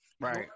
Right